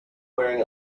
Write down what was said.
wearing